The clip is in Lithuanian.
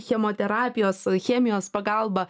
chemoterapijos chemijos pagalba